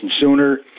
sooner